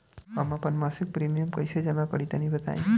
हम आपन मसिक प्रिमियम कइसे जमा करि तनि बताईं?